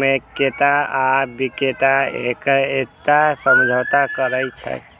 मे क्रेता आ बिक्रेता एकटा समझौता करै छै